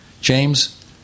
James